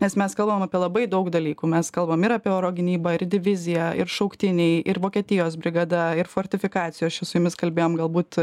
nes mes kalbam apie labai daug dalykų mes kalbam ir apie oro gynybą ir diviziją ir šauktiniai ir vokietijos brigada ir fortifikacijos čia su jumis kalbėjom galbūt